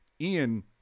Ian